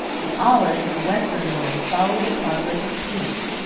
the olive, in the western world, followed the progress of peace,